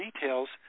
details